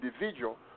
individual